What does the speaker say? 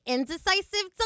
Indecisive